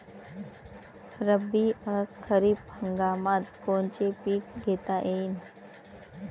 रब्बी अस खरीप हंगामात कोनचे पिकं घेता येईन?